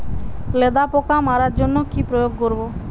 লেদা পোকা মারার জন্য কি প্রয়োগ করব?